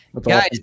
Guys